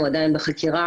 הוא עדיין בחקירה,